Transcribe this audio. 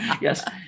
Yes